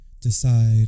decide